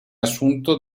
assunto